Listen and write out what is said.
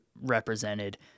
represented